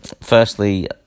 Firstly